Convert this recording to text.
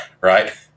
right